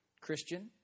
Christian